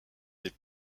des